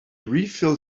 refilled